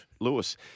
Lewis